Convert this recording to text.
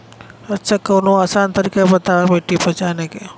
अच्छा कवनो आसान तरीका बतावा मिट्टी पहचाने की?